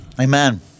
Amen